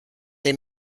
they